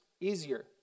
easier